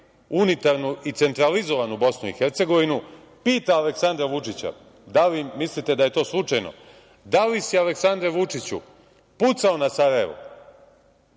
unitarnu i centralizovanu Bosnu i Hercegovinu, pita Aleksandra Vučića, da li mislite da je to slučajno: „Da li si Aleksandre Vučiću pucao na Sarajevo?“